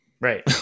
right